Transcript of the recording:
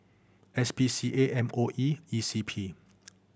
S P C A M O E E C P